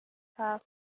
half